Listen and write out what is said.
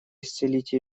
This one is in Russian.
исцелить